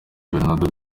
bernardo